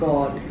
God